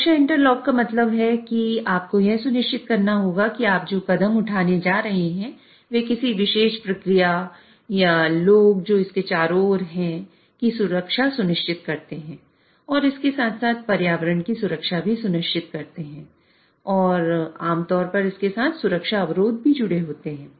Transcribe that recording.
सुरक्षा इंटरलॉक का मतलब है आपको यह सुनिश्चित करना होगा कि आप जो कदम उठाने जा रहे हैं वे किसी विशेष प्रक्रिया लोग जो इसके चारों ओर है की सुरक्षा सुनिश्चित करते और इसके साथ साथ पर्यावरण की सुरक्षा भी सुनिश्चित करते हैं और आमतौर पर इसके साथ सुरक्षा अवरोध भी जुड़े होते हैं